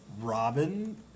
Robin